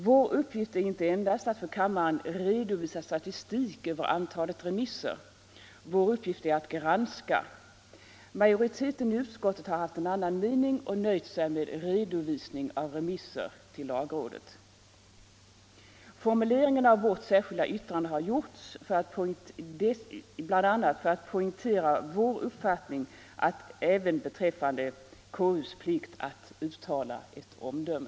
Vår uppgift är inte endast att för kammaren redovisa statistik över antalet remisser. Vår uppgift är att granska. Majoriteten i utskottet har haft en annan mening och nöjt sig med redovisningen av remisser till lagrådet. Formuleringen av vårt särskilda yttrande har gjorts bl.a. för att poängtera vår uppfattning även beträffande KU:s plikt att uttala ett omdöme.